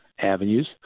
Avenues